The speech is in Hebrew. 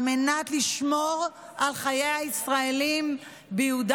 על מנת לשמור על חיי הישראלים ביהודה